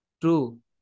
True